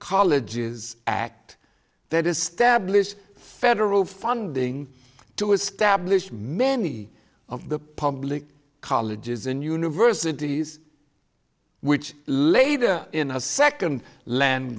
colleges act that established federal funding to establish many of the public colleges and universities which later in a second land